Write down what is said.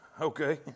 Okay